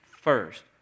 first